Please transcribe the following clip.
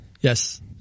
Yes